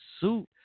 suit